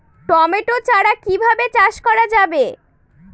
Tomato চারা কিভাবে চাষ করা যাবে?